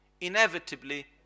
inevitably